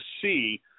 see